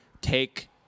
Take